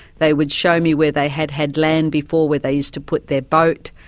they would show me where they had had land before, where they used to put their boat.